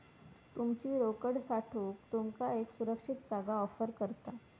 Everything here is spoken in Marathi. तुमची रोकड साठवूक तुमका एक सुरक्षित जागा ऑफर करता